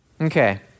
Okay